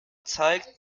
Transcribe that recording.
zeigt